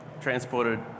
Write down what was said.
transported